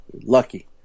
Lucky